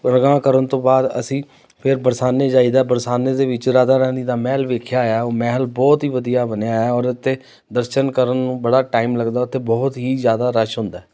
ਪਰਿਕਰਮਾ ਕਰਨ ਤੋਂ ਬਾਅਦ ਅਸੀਂ ਫਿਰ ਬਰਸਾਨੇ ਜਾਈਦਾ ਬਰਸਾਨੇ ਦੇ ਵਿੱਚ ਰਾਧਾ ਰਾਣੀ ਦਾ ਮਹਿਲ ਦੇਖਿਆ ਹੋਇਆ ਉਹ ਮਹਿਲ ਬਹੁਤ ਹੀ ਵਧੀਆ ਬਣਿਆ ਔਰ ਉੱਥੇ ਦਰਸ਼ਨ ਕਰਨ ਨੂੰ ਬੜਾ ਟਾਈਮ ਲੱਗਦਾ ਉੱਥੇ ਬਹੁਤ ਹੀ ਜ਼ਿਆਦਾ ਰਸ਼ ਹੁੰਦਾ